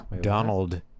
Donald